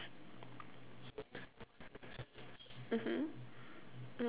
mmhmm